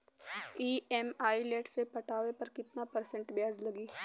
EMI late से पटावे पर कितना परसेंट ब्याज लगी?